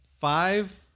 Five